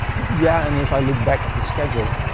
yeah, and if i look back at the schedule,